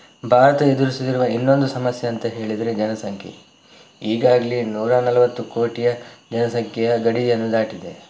ಭಾರತ ಎದುರಿಸುತ್ತಿರುವ ಇನ್ನೊಂದು ಸಮಸ್ಯೆ ಅಂತ ಹೇಳಿದರೆ ಜನಸಂಖ್ಯೆ ಈಗಾಗಲೇ ನೂರ ನಲವತ್ತು ಕೋಟಿಯ ಜನಸಂಖ್ಯೆಯ ಗಡಿಯನ್ನು ದಾಟಿದೆ